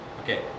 okay